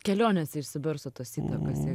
kelionėse išsibarsto tos įtakos